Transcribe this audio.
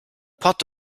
port